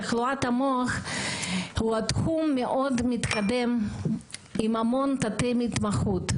תחלואת המוח היא תחום מאוד מתקדם עם המון תתי התמחות,